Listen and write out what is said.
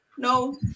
No